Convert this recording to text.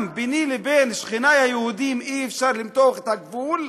גם ביני לבין שכני היהודים אי-אפשר למתוח את הגבול,